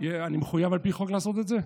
אני מחויב על פי חוק לעשות את זה?